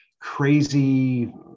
crazy